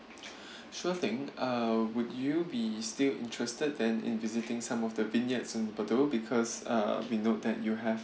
sure thing uh would you be still interested than in visiting some of the vine yards in bordeaux because uh we note that you have